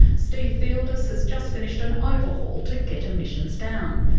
steve fieldus has just finished an overhaul to get emissions down.